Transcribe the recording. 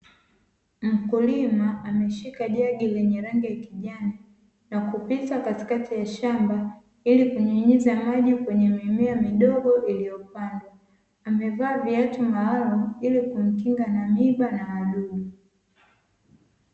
Mkulima ameshika jagi lenye rangi ya kijani na kupita katikati ya shamba ili kunyunyiza maji kwenye mimea midogo iliyo pandwa amevaa viatu maalumu ili kumkinga na miba na wadudu.